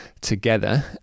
together